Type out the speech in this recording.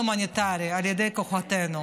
הוא עסוק בהחזרת החטופים.